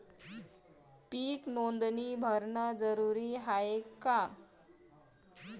पीक नोंदनी भरनं जरूरी हाये का?